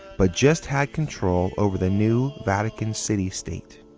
but just had control over the new vatican city state.